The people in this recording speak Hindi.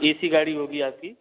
ऐ सी गाड़ी होगी आपकी